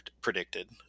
predicted